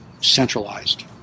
centralized